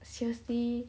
seriously